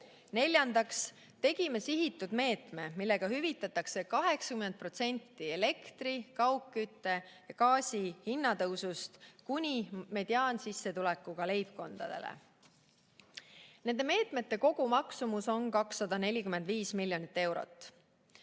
Neljandaks tegime sihitud meetme, millega hüvitatakse 80% elektri-, kaugkütte- ja gaasihinna tõusust kuni mediaansissetulekuga leibkondadele. Nende meetmete kogumaksumus on 245 miljonit eurot.